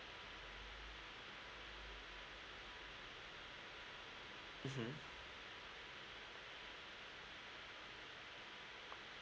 mmhmm